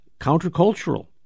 countercultural